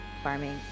farming